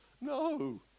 No